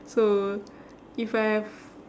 so if I have